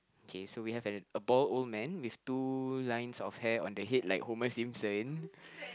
okay so we have a bald old man with two lines of hair on the head like Homer-Simpson